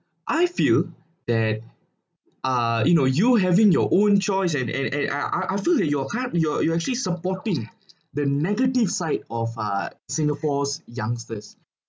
I feel that uh you know you having your own choice and and and ah I I feel that your kind your you actually supporting the negative side of uh singapore's youngsters